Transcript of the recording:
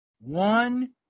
One